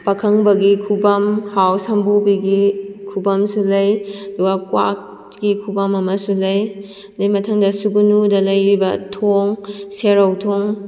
ꯄꯥꯈꯪꯕꯒꯤ ꯈꯨꯕꯝ ꯍꯥꯎ ꯁꯝꯄꯨꯕꯤꯒꯤ ꯈꯨꯕꯝꯁꯨ ꯂꯩ ꯑꯗꯨꯒ ꯀ꯭ꯋꯥꯛꯀꯤ ꯈꯨꯕꯝ ꯑꯃꯁꯨ ꯂꯩ ꯑꯗꯨꯒꯤ ꯃꯊꯪꯗ ꯁꯨꯒꯨꯅꯨꯗ ꯂꯩꯔꯤꯕ ꯊꯣꯡ ꯁꯦꯔꯧ ꯊꯣꯡ